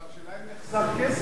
אבל השאלה היא האם נחסך כסף.